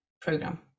program